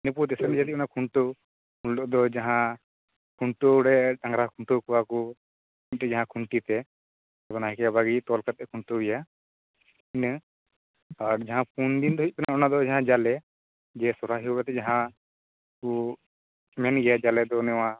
ᱤᱱᱟ ᱯᱚᱨ ᱫᱤᱥᱚᱢ ᱡᱟ ᱱᱤ ᱚᱱᱟ ᱠᱷᱩᱱᱴᱟ ᱣ ᱩᱱᱦᱤᱞᱚᱜ ᱫᱚ ᱡᱟᱦᱟᱸ ᱠᱷᱩᱱᱴᱟ ᱣ ᱲᱮ ᱰᱟᱝᱨᱟ ᱠᱷᱩᱱᱴᱟᱹᱣ ᱠᱚᱣᱟᱠᱚ ᱢᱤᱜᱴᱤᱡ ᱡᱟᱦᱟᱸ ᱠᱷᱩᱱᱴᱤᱛᱮ ᱟᱫᱚ ᱱᱟᱭᱠᱮ ᱵᱟᱵᱟ ᱜᱮ ᱛᱚᱞ ᱠᱟᱛᱮ ᱠᱷᱩᱱᱴᱟ ᱣᱮᱭᱟ ᱤᱱᱟ ᱟᱨ ᱡᱟᱦᱟᱸ ᱯᱩᱱ ᱫᱤᱱ ᱫᱚ ᱦᱩᱭᱩᱜ ᱠᱟᱱᱟ ᱚᱱᱟ ᱫᱚ ᱡᱟᱦᱟᱸᱭ ᱡᱟᱞᱮ ᱡᱮ ᱥᱚᱨᱦᱟᱭ ᱦᱩᱭᱠᱟᱛᱮ ᱡᱟᱦᱟᱸ ᱠᱳ ᱢᱮᱱᱜᱮᱭᱟ ᱡᱟᱞᱮ ᱫᱚ ᱱᱚᱣᱟ